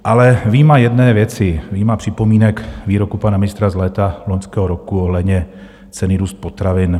Ale vyjma jedné věci, vyjma připomínek, výroku pana mistra z léta loňského roku ohledně ceny růstu potravin.